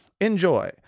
Enjoy